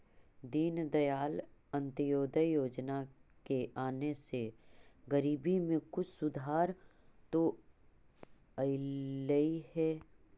दीनदयाल अंत्योदय योजना के आने से गरीबी में कुछ सुधार तो अईलई हे